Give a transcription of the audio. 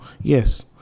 Yes